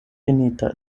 finita